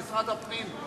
משרד הפנים,